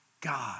God